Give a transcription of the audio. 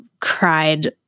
cried